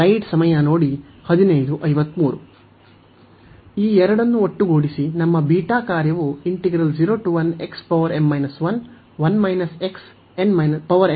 ಈ ಎರಡನ್ನು ಒಟ್ಟುಗೂಡಿಸಿ ನಮ್ಮ ಬೀಟಾ ಕಾರ್ಯವು ಆಗಿತ್ತು